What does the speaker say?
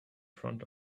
front